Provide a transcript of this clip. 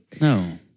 No